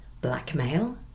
Blackmail